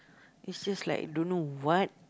it's just like don't know what